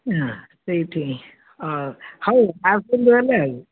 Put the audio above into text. ହଁ ସେଇଠି ହଉ ଆସନ୍ତୁ ହେଲେ ଆଉ